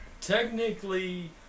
technically